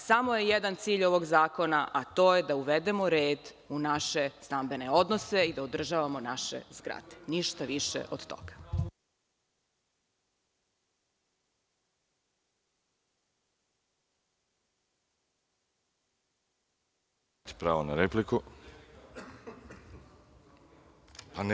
Samo je jedan cilj ovog zakona, a to je da uvedemo red u naše stambene odnose i da održavamo naše zgrade, ništa više od toga. (Boško Obradović, s mesta: Replika.